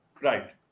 Right